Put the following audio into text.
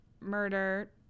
Murder